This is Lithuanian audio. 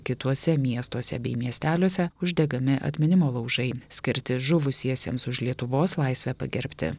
kituose miestuose bei miesteliuose uždegami atminimo laužai skirti žuvusiesiems už lietuvos laisvę pagerbti